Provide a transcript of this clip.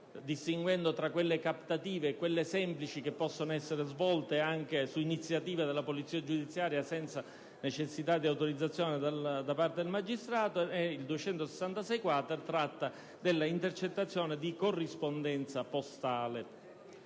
distinguendo tra quelle captative e quelle semplici, che possono essere svolte anche su iniziativa della polizia giudiziaria senza necessità di autorizzazione da parte del magistrato; il secondo tratta dell'intercettazione di corrispondenza postale.